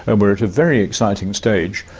and we are at a very exciting stage.